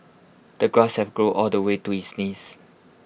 the grass have grown all the way to his knees